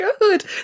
Good